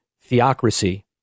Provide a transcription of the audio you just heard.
theocracy